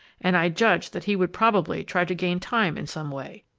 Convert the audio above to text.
and i judged that he would probably try to gain time in some way.